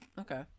Okay